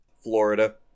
Florida